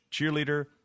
Cheerleader